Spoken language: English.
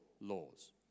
laws